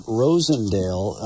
rosendale